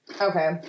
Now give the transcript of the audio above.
Okay